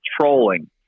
trolling